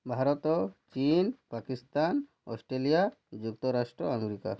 ଭାରତ ଚୀନ ପାକିସ୍ତାନ ଅଷ୍ଟ୍ରେଲିଆ ଯୁକ୍ତରାଷ୍ଟ୍ର ଆମେରିକା